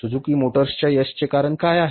Suzuki मोटर्सच्या यशाचे कारण काय आहे